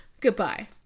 Goodbye